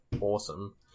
awesome